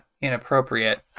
inappropriate